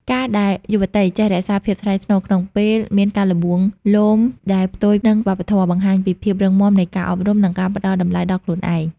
ការដែលយុវតីចេះ "រក្សាភាពថ្លៃថ្នូរ" ក្នុងពេលមានការល្បួងលោមដែលផ្ទុយនឹងវប្បធម៌ បង្ហាញពីភាពរឹងមាំនៃការអប់រំ និងការផ្ដល់តម្លៃដល់ខ្លួនឯង។